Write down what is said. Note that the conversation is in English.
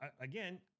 again